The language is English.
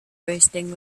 bursting